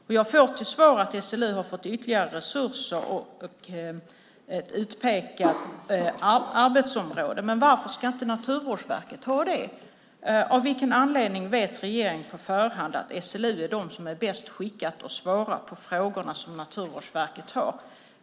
Jag har fått till svar att SLU har fått ytterligare resurser och ett utpekat arbetsområde. Varför ska Naturvårdsverket inte ha det ansvaret? Av vilken anledning vet regeringen på förhand att SLU är den som är bäst skickad att svara på frågor som Naturvårdsverket har?